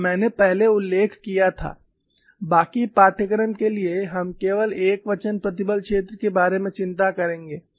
और मैंने पहले उल्लेख किया था बाकी पाठ्यक्रम के लिए हम केवल एकवचन प्रतिबल क्षेत्र के बारे में चिंता करेंगे